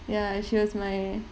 ya she was my